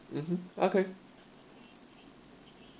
mmhmm okay